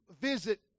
visit